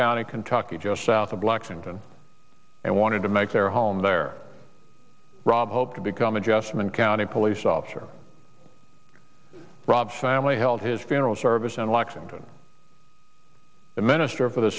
county kentucky just south of blacks in june and wanted to make their home there rob hope to become adjustment county police officer rob family held his funeral service in lexington the minister for the